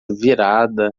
virada